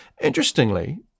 Interestingly